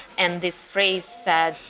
and this phrase said,